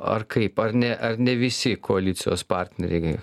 ar kaip ar ne ar ne visi koalicijos partneriai